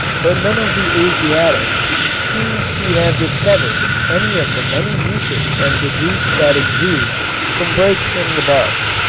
but none of the asiatics seems to have discovered any of the many uses of the juice that exudes from breaks in the bark.